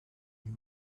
new